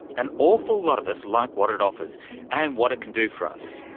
an awful lot of us like what it offers and what it can do for us,